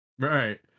Right